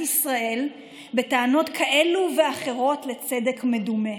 ישראל בטענות כאלו ואחרות לצדק מדומה.